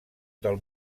del